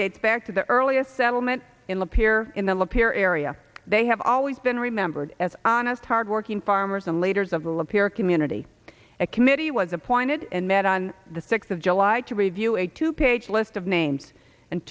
dates back to the earliest settlement in the pier in the lapeer area they have always been remembered as honest hardworking farmers and leaders of the lapeer community a committee was appointed and met on the sixth of july to review a two page list of names and